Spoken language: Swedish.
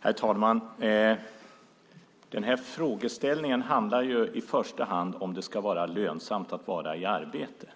Herr talman! Den här frågeställningen handlar i första hand om det ska vara lönsamt att vara i arbete.